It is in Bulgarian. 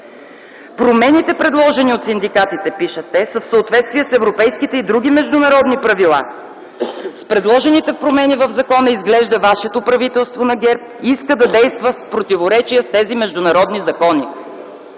Промените, предложени от синдикатите – пишат те – са в съответствие с европейските и други международни правила. С предложените промени в закона изглежда вашето правителство, на ГЕРБ, иска да действа в противоречие с тези международни закони.